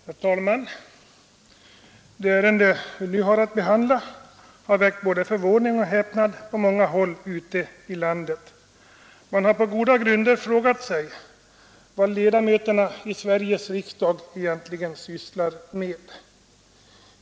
Herr talman! Det ärende vi nu har att behandla har väckt både förvåning och häpnad på många håll ute i landet. Man har på goda grunder frågat sig vad ledamöterna i Sveriges riksdag egentligen sysslar med.